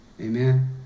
Amen